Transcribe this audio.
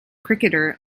cricketer